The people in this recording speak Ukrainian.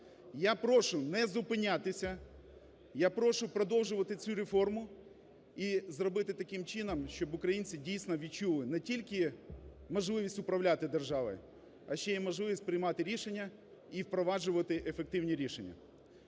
Я прошу не зупинятися, я прошу продовжувати цю реформу і зробити таким чином, щоб українці дійсно відчули не тільки можливість управляти державою, а ще і можливість приймати рішення і впроваджувати ефективні рішення.